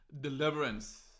deliverance